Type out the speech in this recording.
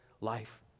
life